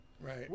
right